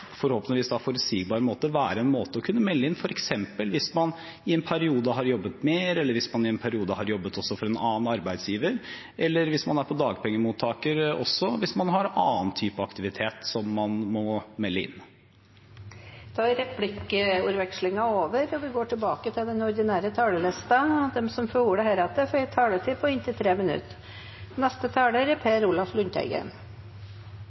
periode har jobbet mer, eller hvis man i en periode har jobbet også for en annen arbeidsgiver, eller hvis man også er dagpengemottaker, og hvis man har annen type aktivitet som man må melde inn. Replikkordskiftet er over. De som heretter får ordet, har en taletid på inntil 3 minutter. De to sakene vi diskuterer nå, har vært veldig lærerike for meg. Det jeg trodde var rimelig opplagte ting, er langt ifra opplagt. Når statsråden skal svare på